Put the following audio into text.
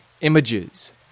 images